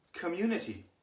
community